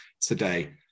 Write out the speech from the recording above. today